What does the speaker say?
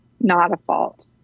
not-a-fault